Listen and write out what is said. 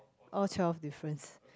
all twelve difference